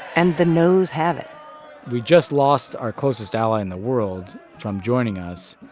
and the noes have it we just lost our closest ally in the world from joining us.